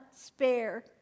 spare